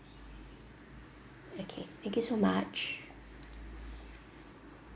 okay thank you so much